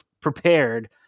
prepared